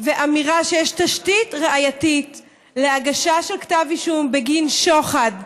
ואמירה שיש תשתית ראייתית להגשה של כתב אישום בגין שוחד,